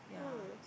ah